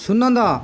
Sunanda